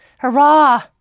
Hurrah